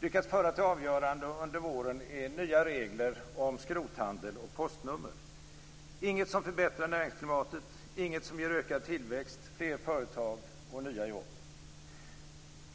lyckats föra till avgörande under våren är nya regler om skrothandel och postnummer. Det är inget som förbättrar näringsklimatet och inget som gör ökad tillväxt, fler företag och nya jobb.